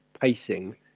pacing